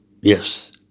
Yes